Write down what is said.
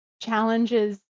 challenges